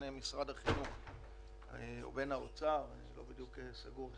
משרד החינוך ובין האוצר אני לא בדיוק סגור מי,